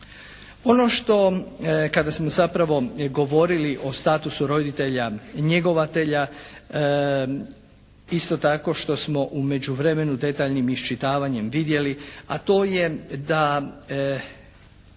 Ono što kada smo zapravo govorili o statusu roditelja njegovatelja isto tako što smo u međuvremenu detaljnim iščitavanjem vidjeli, a to je da